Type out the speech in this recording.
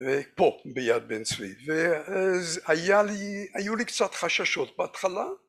ופה ביד בן צבי, והיה לי, היו לי קצת חששות בהתחלה